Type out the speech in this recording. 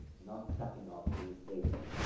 not setting off newspapers,